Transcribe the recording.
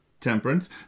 temperance